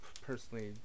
personally